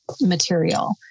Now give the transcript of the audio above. material